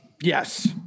Yes